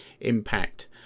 impact